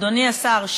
אדוני השר,